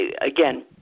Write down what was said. again